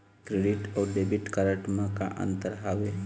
Credit अऊ debit card म का अंतर हावे?